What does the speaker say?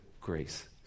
grace